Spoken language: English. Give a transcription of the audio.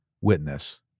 witness